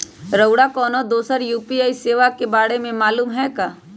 रउरा कोनो दोसर यू.पी.आई सेवा के बारे मे मालुम हए का?